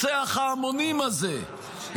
רוצח ההמונים הזה,